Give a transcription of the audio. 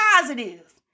positive